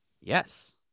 Yes